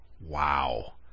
Wow